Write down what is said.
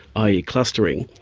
i. e. clustering,